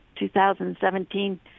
2017